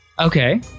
Okay